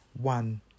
one